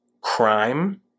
crime